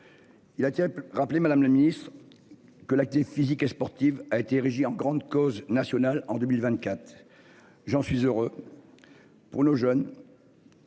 Il a-t-il rappelé. Madame le Ministre. Que l'acte physique et sportive a été érigée en grande cause nationale en 2024. J'en suis heureux. Pour nos jeunes.